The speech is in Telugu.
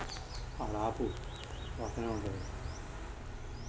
నిధుల బదిలీలు అన్ని ఏ నియామకానికి లోబడి ఉంటాయి?